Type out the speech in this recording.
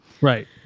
Right